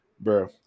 bro